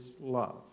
love